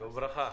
וברכה.